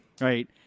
right